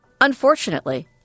Unfortunately